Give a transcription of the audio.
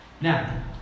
Now